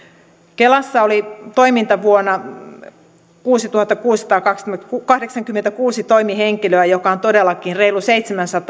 kelassa oli toimintavuonna kuusituhattakuusisataakahdeksankymmentäkuusi toimihenkilöä mikä on todellakin reilu seitsemänsadan